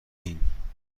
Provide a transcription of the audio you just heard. ایم